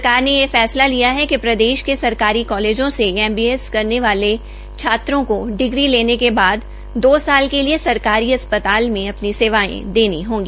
सरकार ने ये फैसला लिया है कि प्रदेश के सरकारी कालेजों से एमबीबीएस करने वाले छात्रों को डिग्री लेने के बाद दो साल के लिये सरकारी अस्पताल में अपनी सेवायें देनी होगी